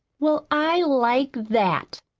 well, i like that!